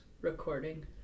recording